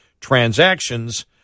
transactions